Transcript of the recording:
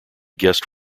guest